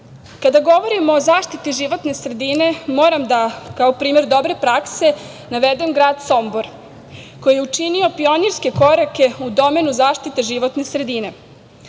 govorimo o zaštiti životne sredine moram da kao primer dobre prakse navedem grad Sombor koji je učinio pionirske korake u domenu zaštite životne sredine.